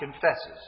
confesses